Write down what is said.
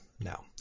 now